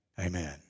amen